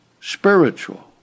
spiritual